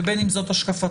ובין אם זאת השקפתכם,